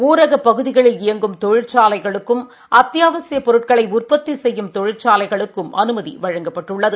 ஊரக பகுதிகளில் இயங்கும் தொழிற்சாலைகளுக்கும் அத்தியாவசியப் பொருட்களை உற்பத்தி செய்யும் தொழிற்சாலைகளுக்கும் அனுமதி வழங்கப்பட்டுள்ளது